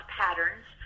patterns